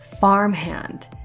farmhand